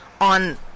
on